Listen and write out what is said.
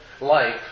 life